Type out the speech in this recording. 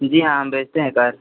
जी हाँ हम बेचते हैं कार